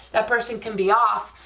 that person can be off